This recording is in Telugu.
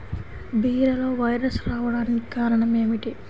బీరలో వైరస్ రావడానికి కారణం ఏమిటి?